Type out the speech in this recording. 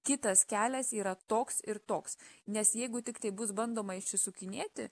kitas kelias yra toks ir toks nes jeigu tiktai bus bandoma išsisukinėti